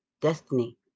destiny